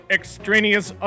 Extraneous